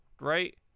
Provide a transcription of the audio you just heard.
right